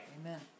Amen